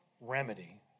remedy